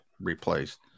replaced